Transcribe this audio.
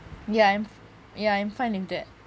ya I'm ya I'm fine with that